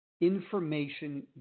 information